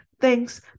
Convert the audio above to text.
thanks